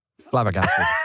flabbergasted